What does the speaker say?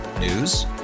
News